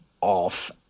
off